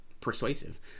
persuasive